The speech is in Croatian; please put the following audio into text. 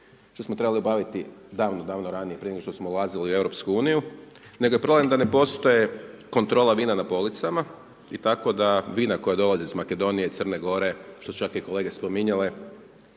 što smo trebali obaviti davno ranije, prije nego što smo ulazili u EU, nego je problem da ne postoje kontrola vina na policama i tako da vina koja dolaze iz Makedonije, Crne Gore, što su čak i kolege spominjale,